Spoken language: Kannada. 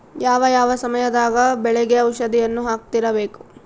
ಯಾವ ಯಾವ ಸಮಯದಾಗ ಬೆಳೆಗೆ ಔಷಧಿಯನ್ನು ಹಾಕ್ತಿರಬೇಕು?